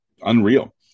unreal